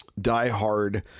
diehard